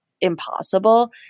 impossible